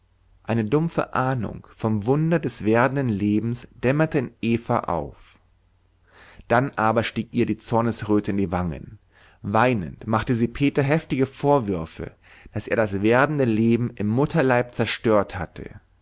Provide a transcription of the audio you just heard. eine dumpfe ahnung vom wunder des werdenden lebens dämmerte in eva auf dann aber stieg ihr die zornesröte in die wangen weinend machte sie peter heftige vorwürfe daß er das werdende leben im mutterleib zerstört hatte